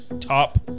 top